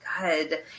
Good